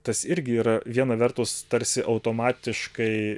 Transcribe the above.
tas irgi yra viena vertus tarsi automatiškai